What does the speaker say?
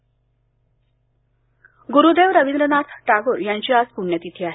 पुण्यतिथी गुरुदेव रवींद्रनाथ टागोर यांची आज पुण्यतिथी आहे